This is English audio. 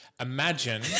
Imagine